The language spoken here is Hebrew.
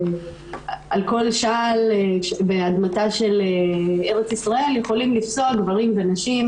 שעל כל שעל באדמתה של ארץ ישראל יכולים לפסוע גברים ונשים,